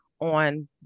on